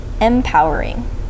empowering